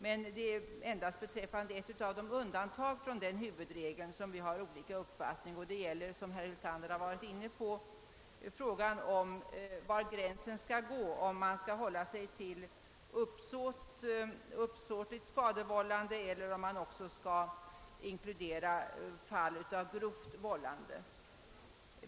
Det är endast beträffande ett av undantagen från denna huvudregel som vi har olika uppfattning. Det gäller, som herr Hyltander redan har berört, frågan om var gränsen skall gå, d.v.s. om man skall hålla sig till uppsåtligt skadevållande eller om man också skall inkludera fall av grovt vållande.